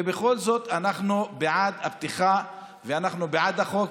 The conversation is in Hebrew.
ובכל זאת אנחנו בעד הפתיחה ואנחנו בעד החוק.